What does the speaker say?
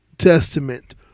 testament